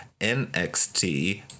nxt